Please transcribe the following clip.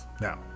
Now